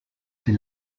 die